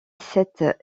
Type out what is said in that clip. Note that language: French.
cette